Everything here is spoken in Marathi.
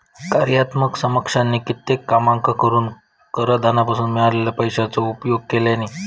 कार्यात्मक समकक्षानी कित्येक कामांका करूक कराधानासून मिळालेल्या पैशाचो उपयोग केल्यानी